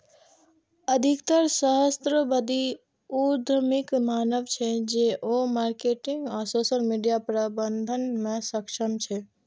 अधिकतर सहस्राब्दी उद्यमीक मानब छै, जे ओ मार्केटिंग आ सोशल मीडिया प्रबंधन मे सक्षम छै